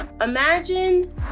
imagine